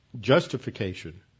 justification